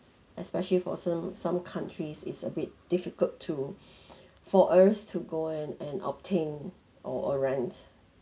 especially for some some countries is a bit difficult to for us to go and and obtain or or rent